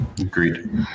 agreed